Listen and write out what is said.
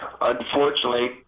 unfortunately